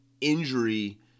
injury